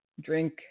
drink